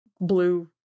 blue